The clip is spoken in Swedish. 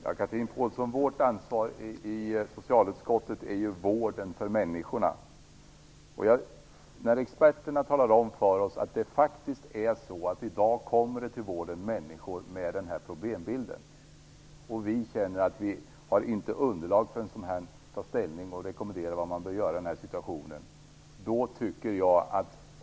Herr talman! Vårt ansvar i socialutskottet är ju vården för människorna, Chatrine Pålsson. Experterna talar om för oss att i dag kommer människor till vården med den här problembilden, och vi känner att vi inte har underlag för att ta ställning och rekommendera vad man bör göra i den här situationen.